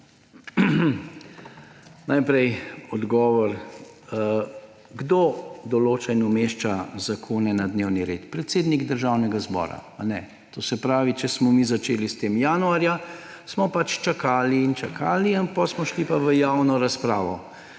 Najprej odgovor, kdo določa in umešča zakone na dnevni red – predsednik Državnega zbora. To se pravi, če smo mi začeli s tem januarja, smo čakali in čakali, potem smo šli pa v javno razpravo.